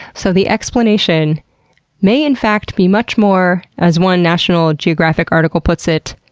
so the explanation may in fact be much more, as one national geographic articles puts it,